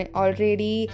already